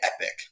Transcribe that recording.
epic